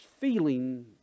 feeling